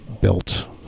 built